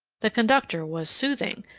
the conductor was soothing,